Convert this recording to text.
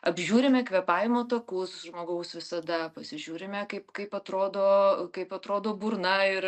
apžiūrime kvėpavimo takus žmogaus visada pasižiūrime kaip kaip atrodo kaip atrodo burna ir